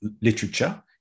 literature